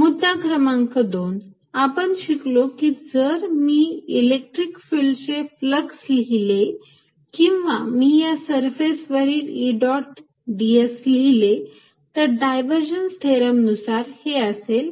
मुद्दा क्रमांक 2 आपण काय शिकलो की जर मी इलेक्ट्रिक फिल्डचे फ्लक्स लिहिले किंवा मी या सरफेस वरील E डॉट ds लिहीले तर डायव्हर्जन्स थेरम नुसार हे असेल